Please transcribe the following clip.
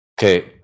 okay